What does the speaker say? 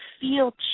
feel